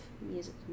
music